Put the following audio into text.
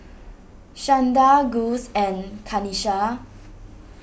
Shanda Gus and Kanisha